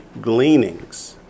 gleanings